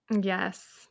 Yes